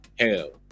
hell